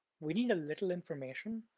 we need a little information,